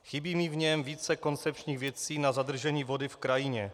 Chybí mi v něm více koncepčních věcí na zadržení vody v krajině.